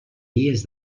vies